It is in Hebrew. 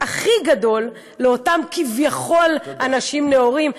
הכי גדול לאותם כביכול אנשים נאורים,